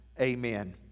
Amen